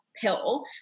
pill